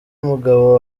umugabo